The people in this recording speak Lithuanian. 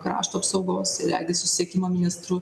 krašto apsaugos ir regis susisiekimo ministru